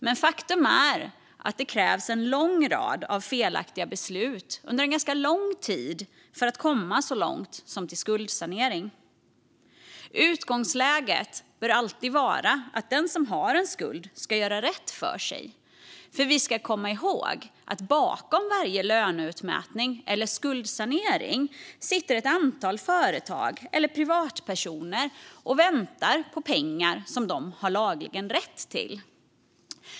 Men faktum är att det krävs en lång rad felaktiga beslut under ganska lång tid för att komma så långt som till skuldsanering. Utgångsläget bör alltid vara att den som har en skuld ska göra rätt för sig. För vi ska komma ihåg att bakom varje löneutmätning eller skuldsanering sitter ett antal företag eller privatpersoner och väntar på pengar som de lagligen har rätt till.